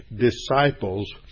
disciples